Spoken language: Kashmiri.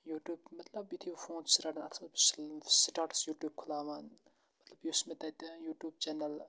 یوٗٹیوٗب مطلب یُتھے بہٕ فون چھُس رَٹان اَتھ کیٚتھ بہٕ چھُس سٹاٹس یوٗٹیوٗب کھُلاوان مطلب یُس مےٚ تَتہِ یوٗٹیوٗب چَنَل